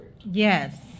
yes